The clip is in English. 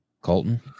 Colton